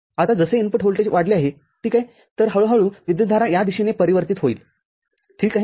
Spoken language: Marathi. आता जसे इनपुट व्होल्टेज वाढले आहे ठीक आहे तर हळू हळू विद्युतधारा या दिशेने परिवर्तित होईल ठीक आहे